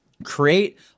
create